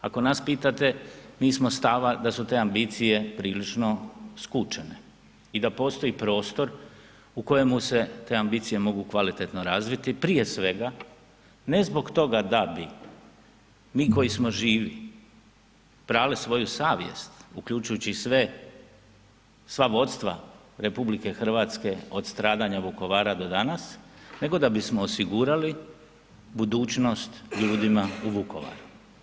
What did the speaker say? nas pitate mi smo stava da su te ambicije prilično skučene i da postoji prostor u kojemu se te ambicije mogu kvalitete razviti prije svega ne zbog toga da bi mi koji smo živi prali svoju savjest uključujući sve, sva vodstva RH od stradanja Vukovara do danas, nego da bismo osigurali budućnost ljudima u Vukovaru.